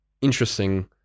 interesting